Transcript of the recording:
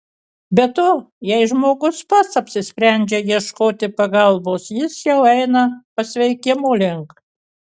be to jei žmogus pats apsisprendžia ieškoti pagalbos jis jau eina pasveikimo link